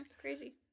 crazy